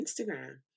Instagram